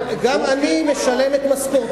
גם מרוסנים.